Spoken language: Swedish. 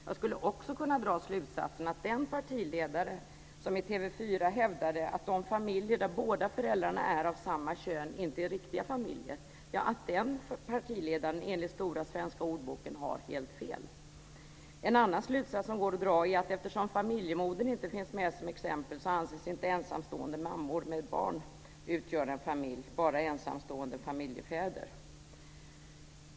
Jag skulle också kunna dra slutsatsen att den partiledare som i TV 4 hävdade att de familjer där båda föräldrarna är av samma kön inte är riktiga familjer, enligt Stora svenska ordboken har helt fel. En annan slutsats som går att dra är att eftersom familjemoder inte finns med som exempel anses inte ensamstående mammor med barn utgöra en familj - bara ensamstående familjefäder.